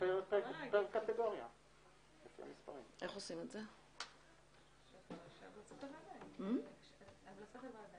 האלה אנחנו מבקשים מהמשרדים הרלוונטיים